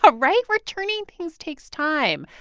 ah right? returning things takes time.